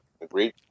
agreed